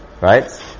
Right